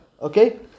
Okay